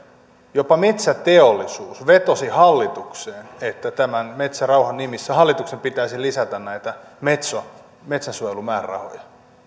jopa metsäteollisuus vetosi hallitukseen että tämän metsärauhan nimissä hallituksen pitäisi lisätä näitä metso metsänsuojelumäärärahoja